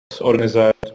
organized